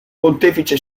pontefice